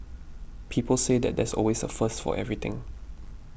people say that there's always a first for everything